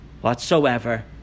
whatsoever